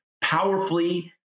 powerfully